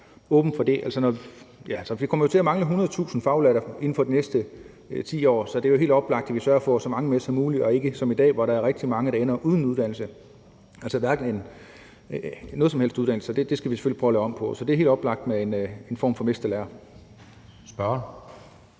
Vi kommer jo til at mangle 100.000 faglærte inden for de næste 10 år, så det er jo helt oplagt, at vi sørger for at få så mange med som muligt, og at det ikke er som i dag, hvor der er rigtig mange, der ender uden en uddannelse, altså uden nogen som helst uddannelse. Det skal vi selvfølgelig prøve at lave om på, så det er helt oplagt med en form for mesterlære.